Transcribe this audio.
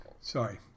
Sorry